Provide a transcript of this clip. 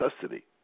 custody